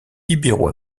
ibéro